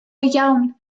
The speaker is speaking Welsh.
iawn